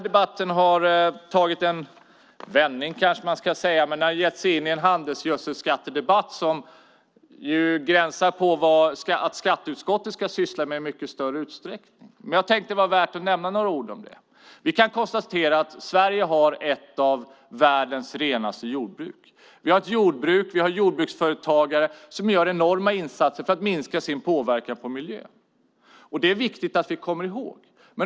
Man har här gett sig in i en handelsgödselskattedebatt som gränsar till vad skatteutskottet i mycket större utsträckning ska syssla med. Det kan vara värt att nämna några ord om det. Vi kan konstatera att Sverige har ett av världens renaste jordbruk. Vi har jordbruk och jordbruksföretagare som gör enorma insatser för att minska sin påverkan på miljön. Det är viktigt att vi kommer ihåg det.